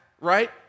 right